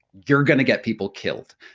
you're going to get people killed.